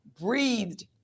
breathed